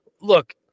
look